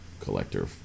collector